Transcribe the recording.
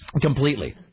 Completely